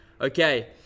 okay